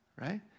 right